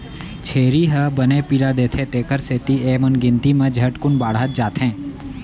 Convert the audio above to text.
छेरी ह बने पिला देथे तेकर सेती एमन गिनती म झटकुन बाढ़त जाथें